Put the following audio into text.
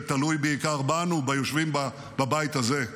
זה תלוי בעיקר בנו, ביושבים בבית הזה.